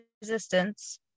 resistance